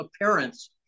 appearance